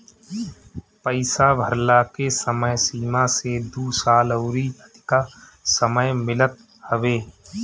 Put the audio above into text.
पईसा भरला के समय सीमा से दू साल अउरी अधिका समय मिलत हवे